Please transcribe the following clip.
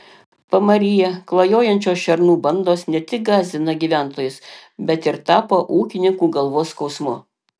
pamaryje klajojančios šernų bandos ne tik gąsdina gyventojus bet ir tapo ūkininkų galvos skausmu